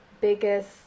biggest